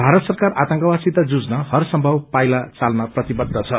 भारत सरकार आतंकवादसित जुझ्न हरसम्भव पाइला चाल्न प्रतिबद्ध छ